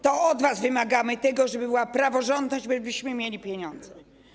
To od was wymagamy tego, żeby była praworządność, żebyśmy mieli pieniądze.